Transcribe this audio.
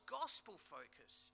gospel-focused